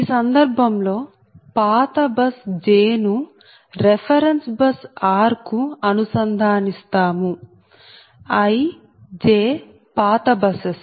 ఈ సందర్భం లో పాత బస్ j ను రెఫెరెన్స్ బస్ r కు అనుసంధానిస్తాము i j పాత బసెస్